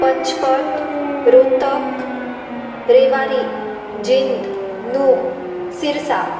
पंचवट रोहतक रेवाडी जींद नू सिरसा